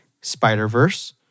Spider-Verse